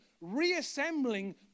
Reassembling